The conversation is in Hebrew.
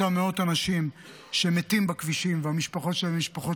אותם מאות אנשים שמתים בכבישים והמשפחות שלהם הן משפחות